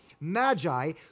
magi